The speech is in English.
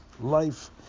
life